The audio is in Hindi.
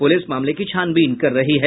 पुलिस मामले की छानबीन कर रही है